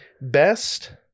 Best